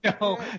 No